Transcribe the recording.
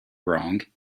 wrong